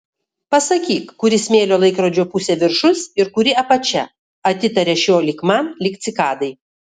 pasakyk kuri smėlio laikrodžio pusė viršus ir kuri apačia atitaria šio lyg man lyg cikadai